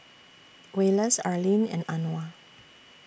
Wallace Arleen and Anwar